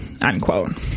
unquote